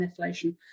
methylation